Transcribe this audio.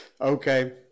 Okay